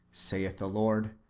saith the lord?